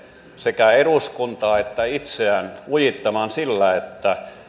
sekä eduskuntaa että itseään lujittamaan sillä että